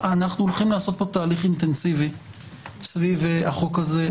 אנחנו הולכים לעשות פה תהליך אינטנסיבי סביב החוק הזה,